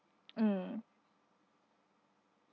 mm